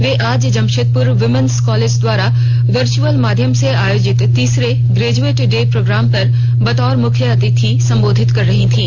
वे आज Jamshedpur women's college द्वारा virtual माध्यम से आयोजित तीसरे ग्रेजुएट डे प्रोग्राम पर बतौर मुख्य अतिथि संबोधित कर रहीं थीं